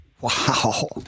Wow